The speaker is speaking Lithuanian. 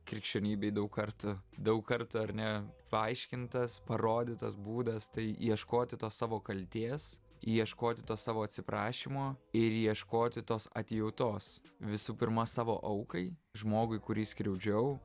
krikščionybėj daug kartų daug kartų ar ne paaiškintas parodytas būdas tai ieškoti tos savo kaltės ieškoti to savo atsiprašymo ir ieškoti tos atjautos visų pirma savo aukai žmogui kurį skriaudžiau